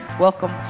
Welcome